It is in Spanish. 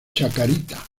chacarita